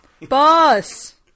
boss